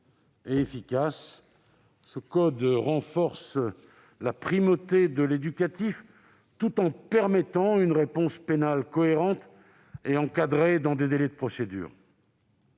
et efficace. Ce code renforce la primauté de l'éducatif, tout en permettant une réponse pénale cohérente et encadrée dans des délais de procédure.